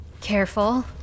Careful